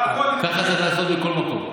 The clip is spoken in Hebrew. ככה צריך לעשות בכל מקום.